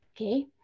Okay